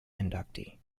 inductee